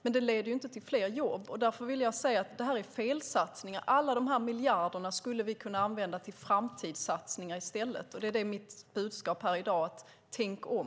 Men det leder inte till fler jobb, och därför vill jag säga att det här är felsatsningar. Alla de här miljarderna skulle vi i stället kunna använda till framtidssatsningar. Det är mitt budskap här i dag: Tänk om!